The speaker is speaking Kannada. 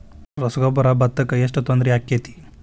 ರಸಗೊಬ್ಬರ, ಭತ್ತಕ್ಕ ಎಷ್ಟ ತೊಂದರೆ ಆಕ್ಕೆತಿ?